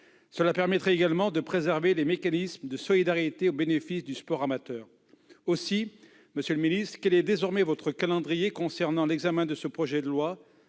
Elle permettrait également de préserver les mécanismes de solidarité au bénéfice du sport amateur. Monsieur le ministre, quel est désormais votre calendrier pour l'examen de ce projet de loi,